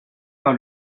par